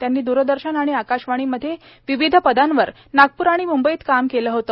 त्यांनी दूरदर्शन आणि आकाशवाणीमध्ये विविध पदांवर नागपूर मुंबईत काम केले होते